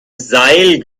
seil